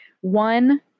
One